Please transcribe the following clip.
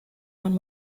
one